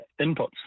inputs